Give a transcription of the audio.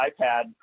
iPad